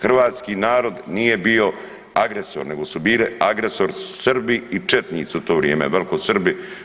Hrvatski narod nije bio agresor, nego su bile agresor Srbi i četnici u to vrijeme, velikosrbi.